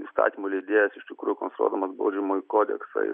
įstatymų leidėjas iš tikrųjų konstruodamas baudžiamąjį kodeksą